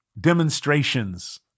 demonstrations